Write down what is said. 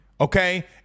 okay